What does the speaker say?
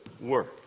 work